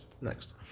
Next